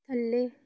ਥੱਲੇ